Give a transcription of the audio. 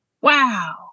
wow